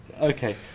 okay